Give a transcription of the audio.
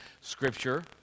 Scripture